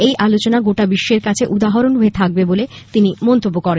এই আলোচনা গোটা বিশ্বের কাছে উদাহরণ হয়ে থাকবে বলে তিনি মন্তব্য করেন